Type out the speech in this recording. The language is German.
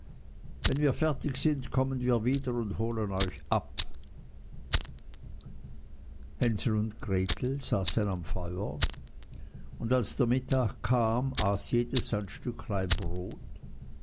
wenn wir fertig sind kommen wir wieder und holen euch ab hänsel und gretel saßen am feuer und als der mittag kam aß jedes sein stücklein brot